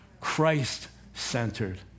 Christ-centered